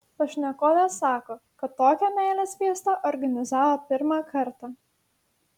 pašnekovė sako kad tokią meilės fiestą organizavo pirmą kartą